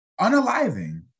unaliving